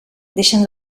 deixen